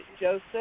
Joseph